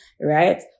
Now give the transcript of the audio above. Right